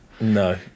No